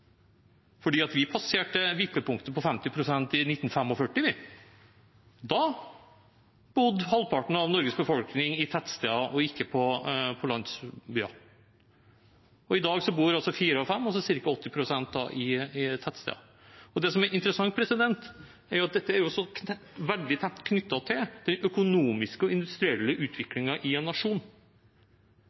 vi passerte vippepunktet på 50 pst. i 1945. Da bodde halvparten av Norges befolkning i tettsteder og ikke på landsbygda, og i dag bor fire av fem, altså ca. 80 pst., i tettsteder. Det som er interessant, er at dette er så veldig tett knyttet til den økonomiske og industrielle utviklingen i en nasjon.